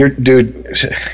Dude